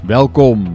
Welkom